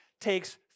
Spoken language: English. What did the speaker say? takes